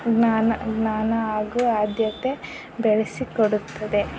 ಜ್ಞಾನ ಜ್ಞಾನ ಹಾಗೂ ಆದ್ಯತೆ ಬೆಳೆಸಿಕೊಡುತ್ತದೆ